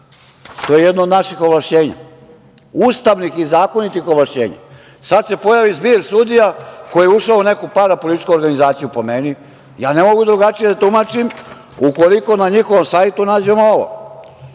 To je jedno od naših ovlašćenja, ustavnih i zakonitih ovlašćenja. Sada se pojavi zbir sudija koji su ušli u neku parapolitičku organizaciju. Ja ne mogu drugačije da tumačim ukoliko na njihovom sajtu nađem ovo.